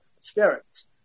Spirits